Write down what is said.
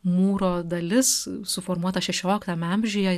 mūro dalis suformuota šešioliktame amžiuje